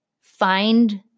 find